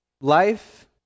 life